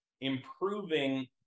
improving